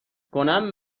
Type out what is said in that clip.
کنم